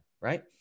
right